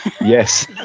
yes